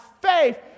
faith